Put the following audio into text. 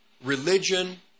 Religion